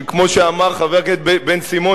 שכמו שאמר חבר הכנסת בן-סימון,